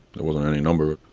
there wasn't any number.